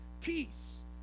peace